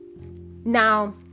Now